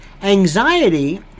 Anxiety